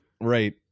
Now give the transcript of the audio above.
right